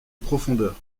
profondeur